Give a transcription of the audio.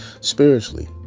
spiritually